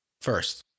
first